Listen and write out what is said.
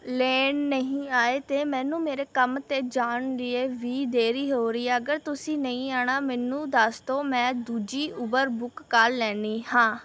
ਲੈਣ ਨਹੀਂ ਆਏ ਅਤੇ ਮੈਨੂੰ ਮੇਰੇ ਕੰਮ 'ਤੇ ਜਾਣ ਲਈ ਵੀ ਦੇਰੀ ਹੋ ਰਹੀ ਹੈ ਅਗਰ ਤੁਸੀਂ ਨਹੀਂ ਆਉਣਾ ਮੈਨੂੰ ਦੱਸ ਦਿਉ ਮੈਂ ਦੂਜੀ ਊਬਰ ਬੁੱਕ ਕਰ ਲੈਂਦੀ ਹਾਂ